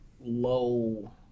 low